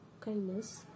kindness